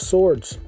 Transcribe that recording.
Swords